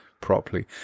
properly